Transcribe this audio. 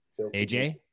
AJ